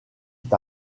est